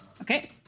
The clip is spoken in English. Okay